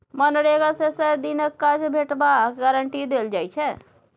मनरेगा मे सय दिनक काज भेटबाक गारंटी देल जाइ छै